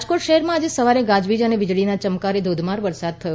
રાજકોટ શહેરમાં આજે સવારે ગાજવીજ અને વીજળીના ચમકારે ધોધમાર વરસાદ થયો